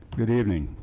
good evening.